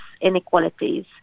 inequalities